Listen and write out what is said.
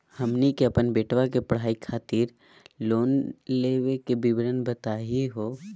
हमनी के अपन बेटवा के पढाई खातीर लोन के विवरण बताही हो?